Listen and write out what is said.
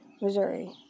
Missouri